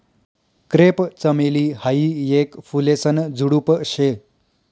crepe चमेली हायी येक फुलेसन झुडुप शे